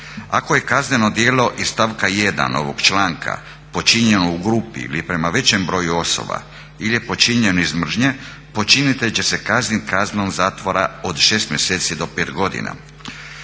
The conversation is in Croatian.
"Ako je kazneno djelo iz stavka 1.ovog članka počinjeno u grupi ili prema većem broju osoba ili je počinjen iz mržnje, počinitelj će se kazniti kaznom zatvora od 6 mjeseci do 5 godina.".